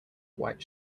white